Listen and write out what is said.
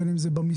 בין אם זה במיסוי,